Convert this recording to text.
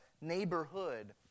neighborhood